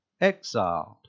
exiled